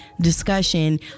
discussion